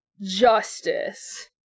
Justice